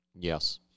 Yes